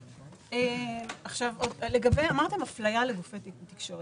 אמרתם אפליה כלפי גופי תקשורת.